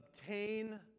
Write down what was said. obtain